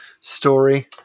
story